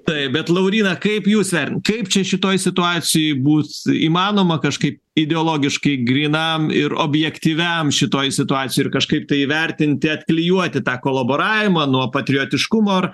taip bet lauryna kaip jūs vert kaip čia šitoj situacijoj bus įmanoma kažkaip ideologiškai grynam ir objektyviam šitoj situacijoj ir kažkaip tai įvertinti atklijuoti tą kolaboravimą nuo patriotiškumo ar